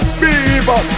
fever